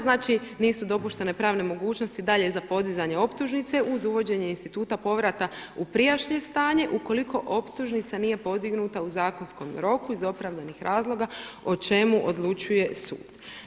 Znači, nisu dopuštene pravne mogućnosti dalje za podizanje optužnice uz uvođenje instituta povrata u prijašnje stanje u koliko optužnica nije podignuta u zakonskom roku iz opravdanih razloga o čemu odlučuje sud.